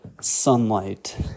sunlight